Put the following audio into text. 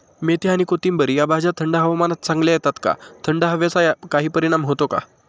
मेथी आणि कोथिंबिर या भाज्या थंड हवामानात चांगल्या येतात का? थंड हवेचा काही परिणाम होतो का?